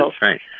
right